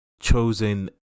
chosen